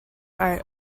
art